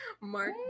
Mark